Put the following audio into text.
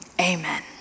Amen